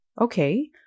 Okay